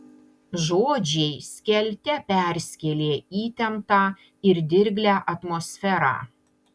žodžiai skelte perskėlė įtemptą ir dirglią atmosferą